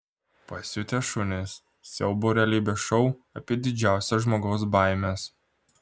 pasiutę šunys siaubo realybės šou apie didžiausias žmogaus baimes